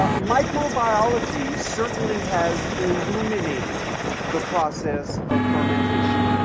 um microbiology certainly has illuminated the process of fermentation.